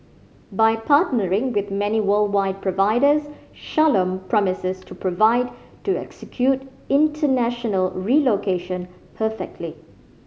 by partnering with many worldwide providers Shalom promises to provide to execute international relocation perfectly